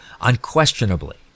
Unquestionably